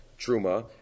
truma